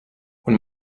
when